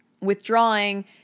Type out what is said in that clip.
withdrawing